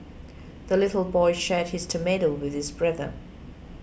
the little boy shared his tomato with his brother